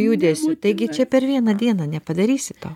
judesių taigi čia per vieną dieną nepadarysi to